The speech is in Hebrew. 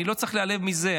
אני לא צריך להיעלב מזה,